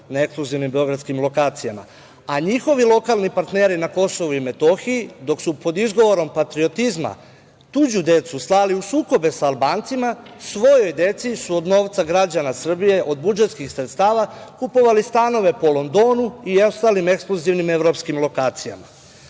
na ekskluzivnim beogradskim lokacijama, a njihovi lokalni partneri na Kosovu i Metohiji dok su pod izgovorom patriotizma tuđu decu slali u sukobe sa Albancima, svojoj deci su od novca građana Srbije od budžetskih sredstava kupovali stanove po Londonu i ostalim ekskluzivnim evropskim lokacijama. Podsetiću